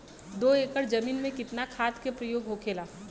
दो एकड़ जमीन में कितना खाद के प्रयोग होखेला?